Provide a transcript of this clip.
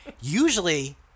Usually